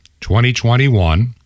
2021